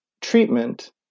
treatment